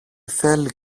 θέλει